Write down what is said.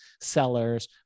sellers